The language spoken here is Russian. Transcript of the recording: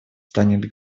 станет